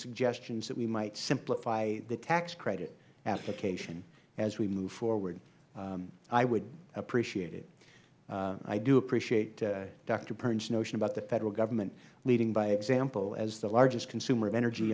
suggestions that we might simplify the tax credit application as we move forward i would appreciate it i do appreciate doctor burns notion about the federal government leading by example as the largest consumer of energy